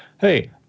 hey